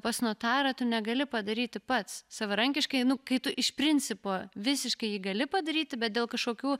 pas notarą tu negali padaryti pats savarankiškai nu kai tu iš principo visiškai jį gali padaryti bet dėl kažkokių